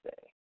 say